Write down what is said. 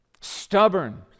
Stubborn